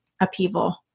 upheaval